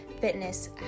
fitness